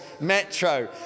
Metro